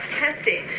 testing